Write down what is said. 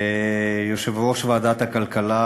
ליושב-ראש ועדת הכלכלה